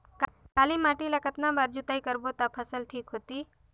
काली माटी ला कतना बार जुताई करबो ता फसल ठीक होती?